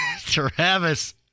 Travis